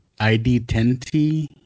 ID10T